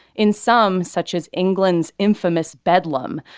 in some, such as england's infamous bedlam,